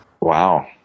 Wow